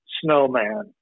snowman